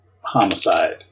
homicide